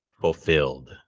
fulfilled